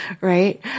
right